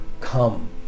come